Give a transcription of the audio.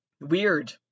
weird